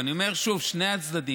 ואני אומר שוב: שני הצדדים,